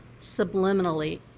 subliminally